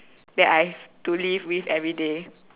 that I to live with everyday